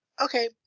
Okay